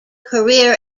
career